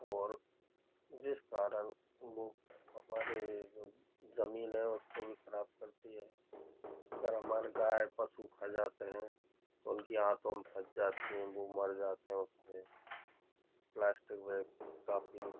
और जिस कारण वो हमारे जो ज़मीन है उसको भी खराब करती है अगर हमारे गाय पशु खा जाते हैं और उनकी आँतों में फंस जाती हैं वो मर जाते हैं उससे प्लास्टिक बैग काफ़ी